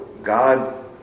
God